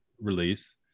release